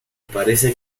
parece